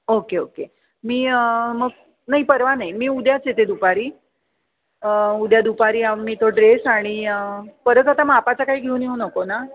okay okay मी मग नाही परवा नाही मी उद्याच येते दुपारी उद्या दुपारी मी तो ड्रेस आणि परत आता मापाचा काही घेऊन येऊ नको ना